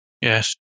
Yes